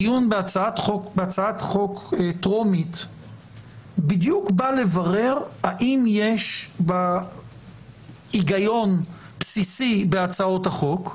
הדיון בהצעת חוק טרומית בדיוק בא לברר אם יש היגיון בסיסי בהצעות החוק,